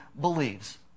believes